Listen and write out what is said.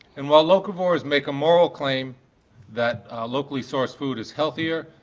and while locavores make a moral claim that locally sourced food is healthier,